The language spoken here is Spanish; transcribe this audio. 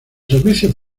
servicios